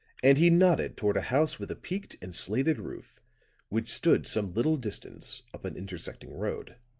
and he nodded toward a house with a peaked and slated roof which stood some little distance up an intersecting road.